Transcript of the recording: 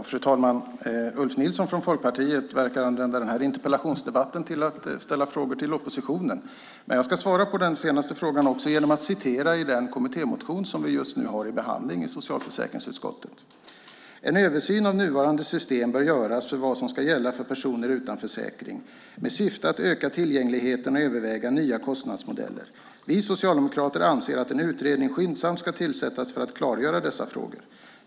Fru talman! Ulf Nilsson från Folkpartiet verkar använda den här interpellationsdebatten till att ställa frågor till oppositionen. Jag ska svara på den senaste frågan genom att återge vad som står i den kommittémotion som just nu är föremål för behandling i socialförsäkringsutskottet: En översyn av nuvarande system bör göras för vad som ska gälla för personer utan försäkring med syfte att öka tillgängligheten och överväga nya kostnadsmodeller. Vi socialdemokrater anser att en utredning skyndsamt ska tillsättas för att klargöra dessa frågor.